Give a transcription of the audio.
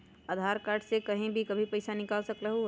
आधार card से कहीं भी कभी पईसा निकाल सकलहु ह?